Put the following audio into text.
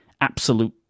absolute